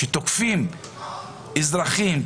כשתוקפים אזרחים,